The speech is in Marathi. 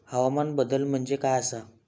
हवामान बदल म्हणजे काय आसा?